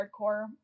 hardcore